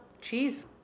cheese